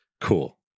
cool